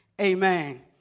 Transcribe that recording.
Amen